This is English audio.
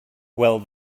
well